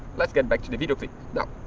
let's get back to the video clip. now.